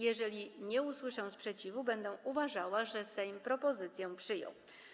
Jeżeli nie usłyszę sprzeciwu, będę uważała, że Sejm propozycję przyjął.